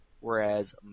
whereas